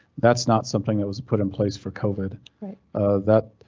that's not something that was put in place for covid that.